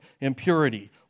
impurity